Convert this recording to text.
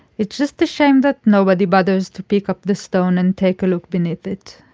it's just the shame that nobody bothers to pick up the stone and take a look beneath it